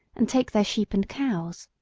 and take their sheep and cows.